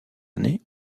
année